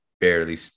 barely